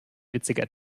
witziger